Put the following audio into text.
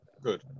Good